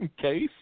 case